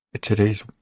today's